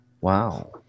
Wow